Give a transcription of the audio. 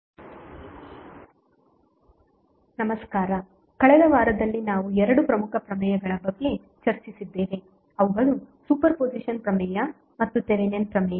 Norton ಪ್ರಮೇಯ ನಮಸ್ಕಾರ ಕಳೆದ ವಾರದಲ್ಲಿ ನಾವು ಎರಡು ಪ್ರಮುಖ ಪ್ರಮೇಯಗಳ ಬಗ್ಗೆ ಚರ್ಚಿಸಿದ್ದೇವೆ ಅವುಗಳು ಸೂಪರ್ ಪೊಸಿಷನ್ ಪ್ರಮೇಯ ಮತ್ತು ಥೆವೆನಿನ್ ಪ್ರಮೇಯ